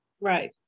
Right